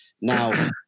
Now